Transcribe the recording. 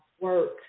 work